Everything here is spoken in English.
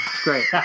Great